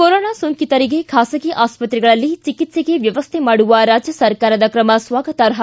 corona ಸೋಂಕಿತರಿಗೆ ಖಾಸಗಿ ಆಸ್ವತ್ತೆಗಳಲ್ಲಿ ಚಿಕಿತ್ಸೆಗೆ ವ್ಯವಸ್ಥೆ ಮಾಡುವ ರಾಜ್ಯ ಸರ್ಕಾರದ ಕ್ರಮ ಸ್ವಾಗತಾರ್ಹ